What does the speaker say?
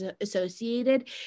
associated